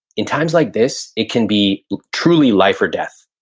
in times like this, it can be truly life or death.